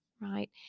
Right